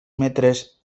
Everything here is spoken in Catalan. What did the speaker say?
metres